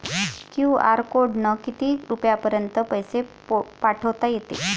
QR कोडनं किती रुपयापर्यंत पैसे पाठोता येते?